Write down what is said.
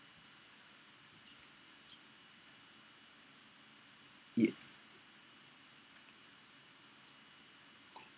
yeah